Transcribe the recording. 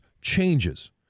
changes